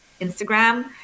Instagram